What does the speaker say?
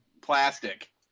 plastic